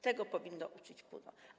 Tego powinno uczyć PUNO.